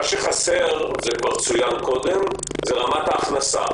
מה שחסר, כפי שכבר צוין קודם, זה רמת ההכנסה.